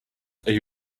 are